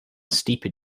steeper